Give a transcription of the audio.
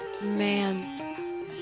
Man